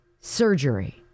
surgery